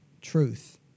truth